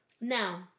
Now